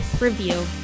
review